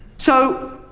so,